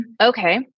Okay